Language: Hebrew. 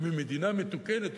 או ממדינה מתוקנת,